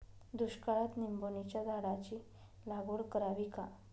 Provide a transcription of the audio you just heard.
दुष्काळात निंबोणीच्या झाडाची लागवड करावी का?